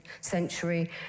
century